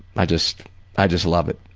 i just i just love it.